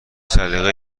سلیقه